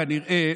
כנראה,